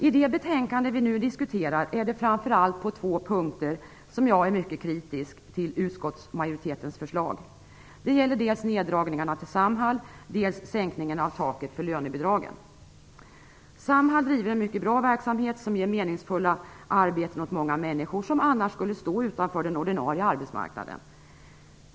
I det betänkande vi nu diskuterar, är det framför allt på två punkter som jag är mycket kritisk till utskottsmajoritetens förslag. Det gäller dels neddragningarna för Samhall, dels sänkningen av taket för lönebidragen. Samhall driver en mycket bra verksamhet, som ger meningsfulla arbeten åt många människor som annars skulle stå utanför den ordinarie arbetsmarknaden.